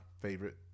favorite